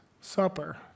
Supper